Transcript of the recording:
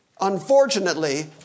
Unfortunately